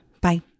Bye